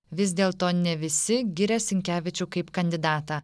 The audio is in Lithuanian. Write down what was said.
vis dėlto ne visi giria sinkevičių kaip kandidatą